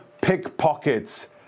pickpockets